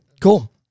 Cool